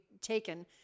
taken